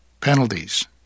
penalties